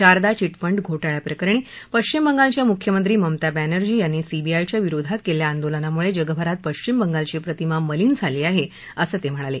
Sharda chit fund घोटाळ्याप्रकरणी पश्चिम बंगालच्या मुख्यमंत्री ममता बॅनर्जी यांनी सीबीआयच्या विरोधात केलेल्या आंदोलनामुळे जगभरात पश्चिम बंगालची प्रतिमा मलीन झाली आहे असं ते म्हणाले